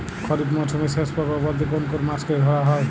খরিপ মরসুমের শেষ পর্ব বলতে কোন কোন মাস কে ধরা হয়?